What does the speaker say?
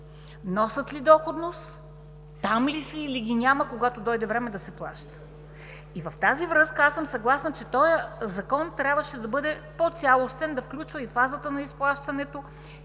носят ли доходност, там ли са или ги няма, когато дойде време да се плаща? В тази връзка аз съм съгласна, че този Закон трябваше да бъде по-цялостен, да включва и фазата на изплащането,